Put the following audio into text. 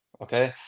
okay